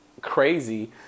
crazy